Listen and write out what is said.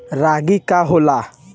रागी का होला?